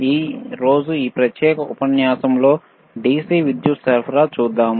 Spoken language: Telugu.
ఈ రోజు ఈ ప్రత్యేకమైన ఉపన్యాసంలో DC విద్యుత్ సరఫరా చూద్దాం